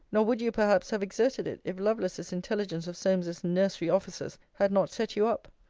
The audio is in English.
nor would you, perhaps, have exerted it, if lovelace's intelligence of solmes's nursery-offices had not set you up.